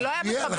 זה לא היה בכוונה.